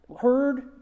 heard